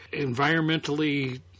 environmentally